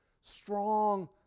strong